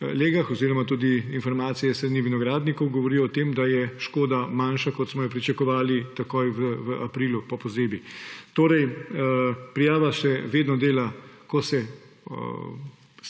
legah, tudi informacije s strani vinogradnikov govorijo o tem, je škoda manjša, kot smo jo pričakovali takoj v aprilu po pozebi. Torej, prijava se vedno dela, ko